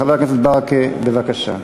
חבר הכנסת ברכה, בבקשה.